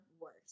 worse